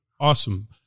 Awesome